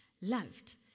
loved